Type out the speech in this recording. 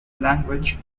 language